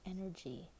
energy